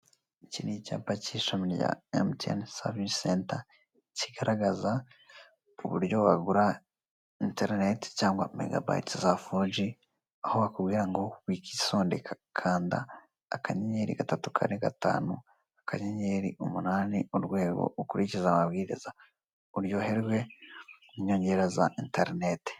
Iki ni icyapa cy'ishami rya MTN, kigaragaza uburyo wagira interineti cyangwa MBs za 4G, aho bakubwira ngo wikwisondeka. Kanda *345*8#, ukurikize amabwiriza, uryoherwe n'inyongera za interineti.